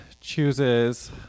chooses